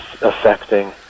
affecting